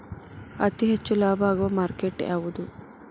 ಅತಿ ಹೆಚ್ಚು ಲಾಭ ಆಗುವ ಮಾರ್ಕೆಟ್ ಯಾವುದು?